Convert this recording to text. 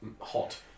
hot